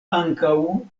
ankaŭ